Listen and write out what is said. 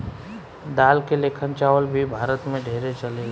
दाल के लेखन चावल भी भारत मे ढेरे चलेला